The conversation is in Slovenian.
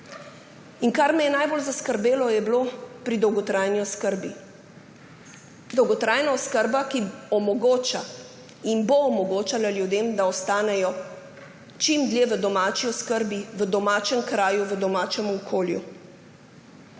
Kar me je najbolj zaskrbelo, je bilo pri dolgotrajni oskrbi. Dolgotrajni oskrbi, ki omogoča in bo omogočala ljudem, da ostanejo čim dlje v domači oskrbi, v domačem kraju, domačem okolju.